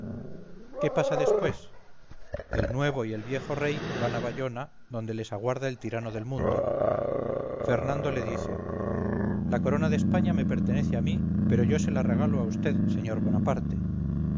qué pasa después el nuevo y el viejo rey van a bayona donde les aguarda el tirano del mundo fernando le dice la corona de españa me pertenece a mí pero yo se la regalo a vd sr bonaparte